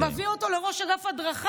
ומביא אותו לראש אגף הדרכה,